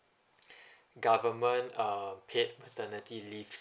government uh paid maternity leave